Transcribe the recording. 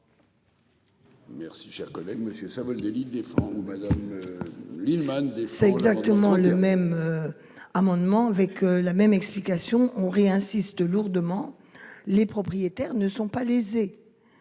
Merci, cher collègue, Monsieur Savoldelli défend ou Madame. Lienemann des. C'est exactement le même. Amendement avec la même explication. On rit insiste lourdement les propriétaires ne sont pas lésés.